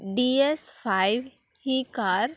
DS five ही car